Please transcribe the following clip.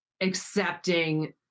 accepting